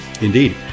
Indeed